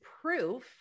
proof